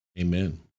Amen